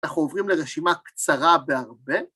אנחנו עוברים לרשימה קצרה בהרבה.